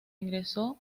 ingresó